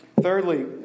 Thirdly